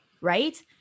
right